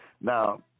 Now